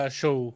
show